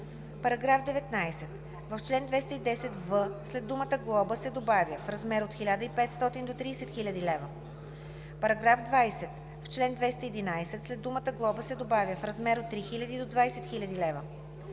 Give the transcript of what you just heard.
лв.“. § 19. В чл. 210в след думата „глоба“ се добавя „в размер от 1500 до 30 000 лв.“. § 20. В чл. 211 след думата „глоба“ се добавя „в размер от 3000 до 20 000 лв.“.